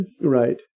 Right